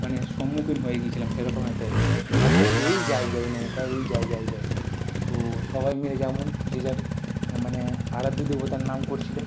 মানে সম্মুখীন হয়ে গিয়েছিলাম সেরকম একটা এ ভাবছিলাম যে এই যাই যাই নৌকা এই যাই যাই যাই তো সবাই মিলে যেমন যে যার মানে আরাধ্য দেবতার নাম করছিলো